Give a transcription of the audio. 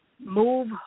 move